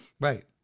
Right